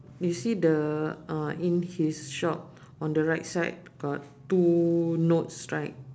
you see the uh in his shop on the right side got two notes right